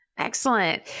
Excellent